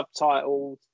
subtitled